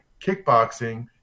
kickboxing